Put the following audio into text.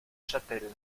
châtel